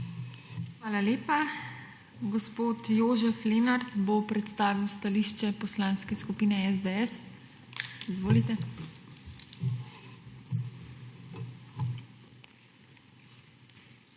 Hvala lepa. Gospod Jožef Lenart bo predstavil stališče Poslanske skupine SDS. Izvolite.